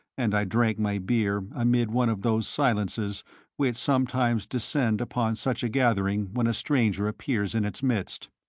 and i drank my beer amid one of those silences which sometimes descend upon such a gathering when a stranger appears in its midst.